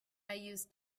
use